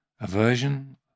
aversion